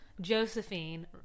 Josephine